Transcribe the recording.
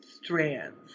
strands